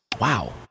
wow